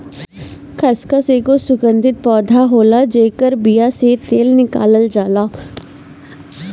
खसखस एगो सुगंधित पौधा होला जेकरी बिया से तेल निकालल जाला